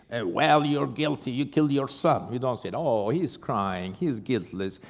and well, you're guilty you killed your son. we don't say, oh, he's crying, he's guiltless,